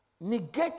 negate